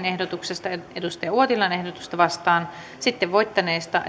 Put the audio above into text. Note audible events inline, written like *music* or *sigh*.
*unintelligible* ehdotuksesta neljäkymmentäyhdeksän ehdotusta neljäänkymmeneenkahdeksaan vastaan sitten voittaneesta *unintelligible*